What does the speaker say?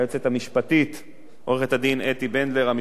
עורכת-הדין אתי בנדלר, המשנה ליועץ המשפטי לכנסת,